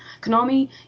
Konami